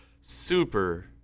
super